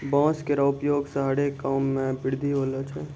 बांस केरो उपयोग सें हरे काम मे वृद्धि होलो छै